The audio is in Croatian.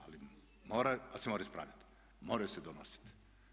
Ali moraju, ali se moraju ispravljati, moraju se donositi.